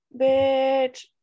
Bitch